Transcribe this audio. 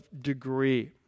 degree